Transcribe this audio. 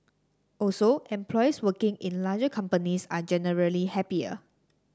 also employees working in larger companies are generally happier